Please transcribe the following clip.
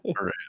right